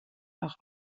nach